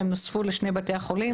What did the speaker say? והם נוספו בשני בתי חולים,